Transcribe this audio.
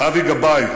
אבי גבאי,